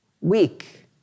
weak